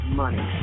money